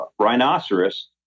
Rhinoceros